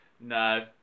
No